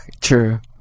true